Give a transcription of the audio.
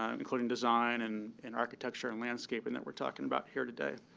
um including design and and architecture and landscaping that we're talking about here today.